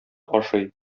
ашый